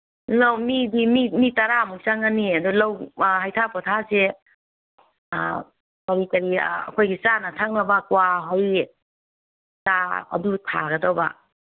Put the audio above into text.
ꯃꯤꯗꯤ ꯃꯤ ꯃꯤ ꯇꯔꯥꯃꯨꯛ ꯆꯪꯉꯅꯤ ꯑꯗꯨ ꯂꯧ ꯍꯩꯊꯥ ꯄꯣꯊꯥꯁꯦ ꯀꯔꯤ ꯀꯔꯤ ꯑꯩꯈꯣꯏꯒꯤ ꯆꯥꯅ ꯊꯛꯅꯕ ꯀ꯭ꯋꯥ ꯍꯩ ꯆꯥ ꯑꯗꯨ ꯊꯥꯒꯗꯧꯕ